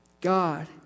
God